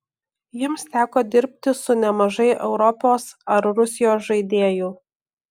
jums teko dirbti su nemažai europos ar rusijos žaidėjų